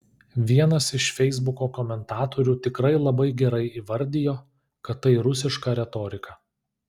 vienas iš feisbuko komentatorių tikrai labai gerai įvardijo kad tai rusiška retorika